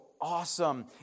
awesome